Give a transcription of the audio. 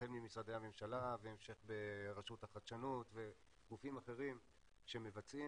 החל במשרדי ממשלה והמשך ברשות החדשנות וגופים אחרים שמבצעים